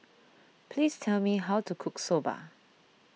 please tell me how to cook Soba